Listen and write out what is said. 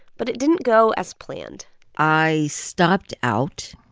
but it didn't go as planned i stopped out.